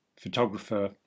Photographer